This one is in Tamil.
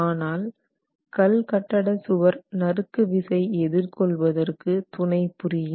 ஆனால் கல்கட்டட சுவர் நறுக்கு விசை எதிர் கொள்வதற்கு துணைபுரியும்